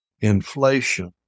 inflation